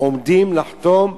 אנחנו עומדים לחתום,